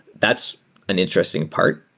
that's an interesting part.